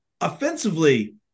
offensively